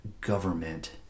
government